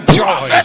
joy